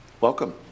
Welcome